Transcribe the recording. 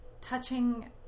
touching